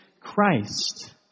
Christ